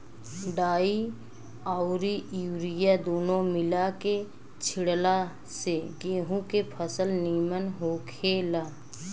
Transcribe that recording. डाई अउरी यूरिया दूनो मिला के छिटला से गेंहू के फसल निमन होखेला